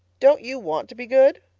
don't you want to be good?